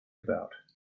about